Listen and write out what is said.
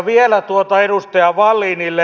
vielä edustaja wallinille